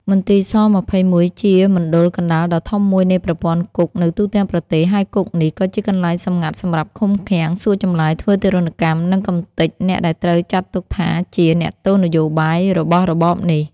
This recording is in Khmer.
មន្ទីរ ស‑២១ ជាមណ្ឌលកណ្តាលដ៏ធំមួយនៃប្រព័ន្ធគុកនៅទូទាំងប្រទេស ហើយគុកនេះក៏ជាកន្លែងសម្ងាត់សម្រាប់ឃុំឃាំង សួរចម្លើយ ធ្វើទារុណកម្ម និងកំទេចអ្នកដែលត្រូវចាត់ទុកថាជា “អ្នកទោសនយោបាយ” របស់របបនេះ។